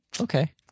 okay